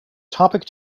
topic